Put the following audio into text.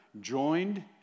joined